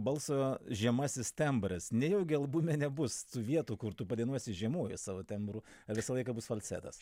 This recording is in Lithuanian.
balso žemasis tembras nejaugi albume nebus tų vietų kur tu padainuosi žiemuoju savo tembru visą laiką bus falcetas